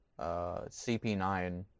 CP9